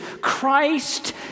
Christ